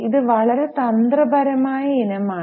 ഇത് വളരെ തന്ത്രപരമായ ഇനമാണ്